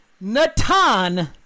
Natan